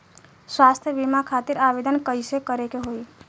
स्वास्थ्य बीमा खातिर आवेदन कइसे करे के होई?